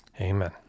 Amen